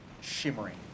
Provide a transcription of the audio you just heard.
shimmering